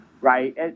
right